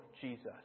Jesus